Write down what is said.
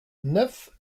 neuf